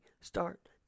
start